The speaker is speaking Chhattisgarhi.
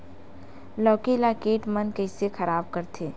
लौकी ला कीट मन कइसे खराब करथे?